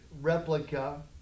replica